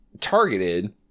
targeted